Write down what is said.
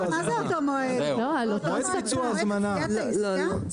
מועד עשיית העסקה?